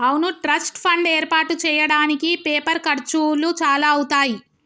అవును trust fund ఏర్పాటు చేయడానికి పేపర్ ఖర్చులు చాలా అవుతాయి